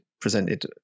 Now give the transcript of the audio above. presented